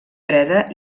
freda